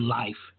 life